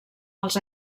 els